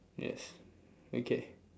yes okay